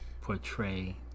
portray